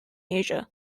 asia